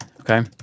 okay